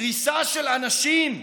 קריסה של אנשים,